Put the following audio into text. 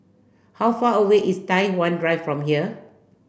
how far away is Tai Hwan Drive from here